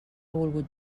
volgut